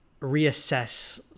reassess